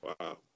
Wow